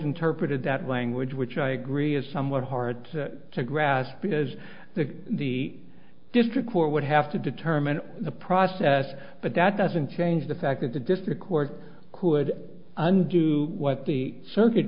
interpreted that language which i agree is somewhat hard to grasp because the the district court would have to determine the process but that doesn't change the fact that the district court could undo what the circuit